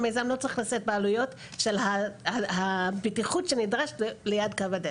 המיזם לא צריך להשתתף בעלויות הבטיחות שנדרשת ליד קו הדלק.